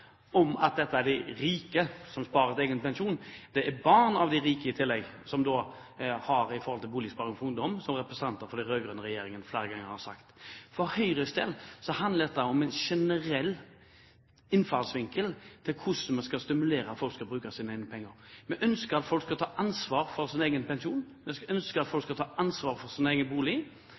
om at det er de rike som sparer til egen pensjon. Det er barn av de rike, i tillegg, som har Boligsparing for ungdom, som representanter for den rød-grønne regjeringen flere ganger har sagt. For Høyres del handler dette om en generell innfallsvinkel til hvordan man skal stimulere folk til å bruke egne penger. Man ønsker at folk skal ta ansvar for sin egen pensjon. Man ønsker at folk skal ta ansvar for sin egen bolig.